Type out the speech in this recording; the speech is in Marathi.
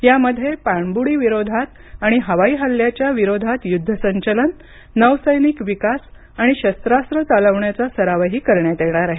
यामध्ये पाणबुडी विरोधात आणि हवाई हल्ल्याच्या विरोधात युद्ध संचालन नौसैनिक विकास आणि शस्त्रास्त्रं चालविण्याचा सरावही करण्यात येणार आहे